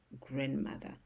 grandmother